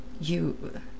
You